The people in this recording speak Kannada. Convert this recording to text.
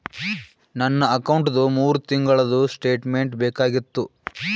ನನ್ನ ಅಕೌಂಟ್ದು ಮೂರು ತಿಂಗಳದು ಸ್ಟೇಟ್ಮೆಂಟ್ ಬೇಕಾಗಿತ್ತು?